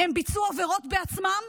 הם ביצעו עבירות בעצמם